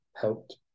helped